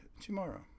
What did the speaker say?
tomorrow